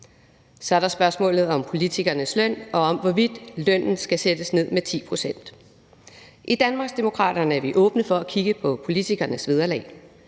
Så er der spørgsmålet om politikernes løn og om, hvorvidt lønnen skal sættes ned med 10 pct. I Danmarksdemokraterne er vi åbne over for at kigge på politikernes vederlag.